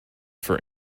for